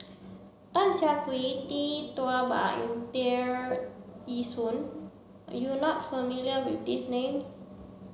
Tan Siah Kwee Tee Tua Ba and Tear Ee Soon you are not familiar with these names